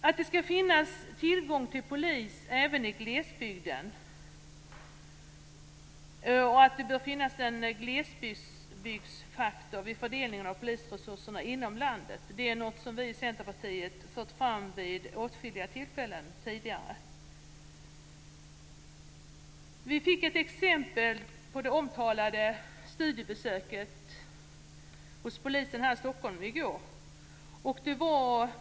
Att det skall finnas tillgång till polis även i glesbygden och att det bör finnas en glesbygdsfaktor vid fördelningen av polisresurserna inom landet är något som vi i Centerpartiet har fört fram vid åtskilliga tillfällen tidigare. Vi fick ett exempel på det omtalade studiebesöket hos polisen här i Stockholm i går.